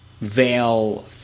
veil